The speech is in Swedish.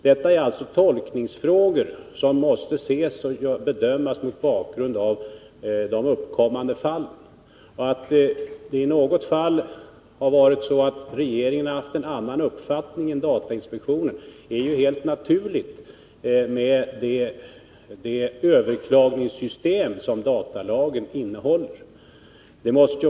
Detta är alltså tolkningsfrågor, som måste bedömas mot bakgrund av de uppkommande fallen. Att det i något fall har varit så, att regeringen haft en annan uppfattning än datainspektionen är helt naturligt, med det överklagandesystem som datalagen stadgar.